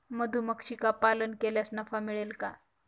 मधुमक्षिका पालन केल्यास नफा मिळेल का?